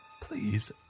please